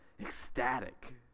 ecstatic